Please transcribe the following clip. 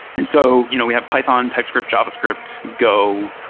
and so you know we have python, typescript, javascript, go,